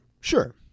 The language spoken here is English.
Sure